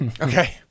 Okay